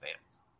fans